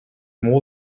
more